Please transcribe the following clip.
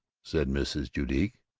said mrs. judique.